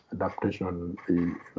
adaptation